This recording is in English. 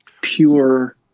pure